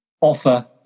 offer